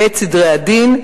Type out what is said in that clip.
ואת סדרי הדין,